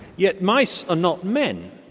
yet mice are not men.